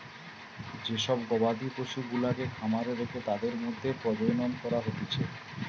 যে সব গবাদি পশুগুলাকে খামারে রেখে তাদের মধ্যে প্রজনন করা হতিছে